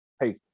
hey